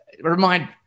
Remind